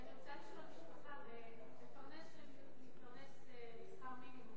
אני רוצה לשאול: מפרנס שמתפרנס משכר מינימום,